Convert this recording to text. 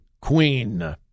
queen